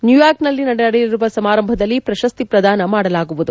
ನ್ಯೂಯಾರ್ಕ್ನಲ್ಲಿ ನಡೆಯಲಿರುವ ಸಮಾರಂಭದಲ್ಲಿ ಪ್ರಶಸ್ತಿ ಪ್ರದಾನ ಮಾಡಲಾಗುವುದು